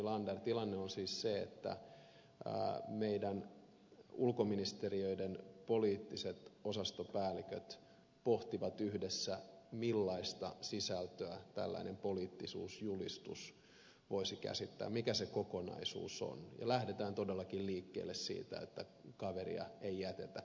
nylander tilanne on siis se että meidän ulkoministeriöidemme poliittiset osastopäälliköt pohtivat yhdessä millaista sisältöä tällainen poliittisuusjulistus voisi käsittää mikä se kokonaisuus on ja lähdetään todellakin liikkeelle siitä että kaveria ei jätetä